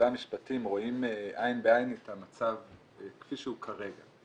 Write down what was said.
והמשפטים רואים עין בעין את המצב כפי שהוא כרגע.